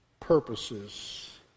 purposes